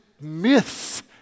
myths